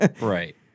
Right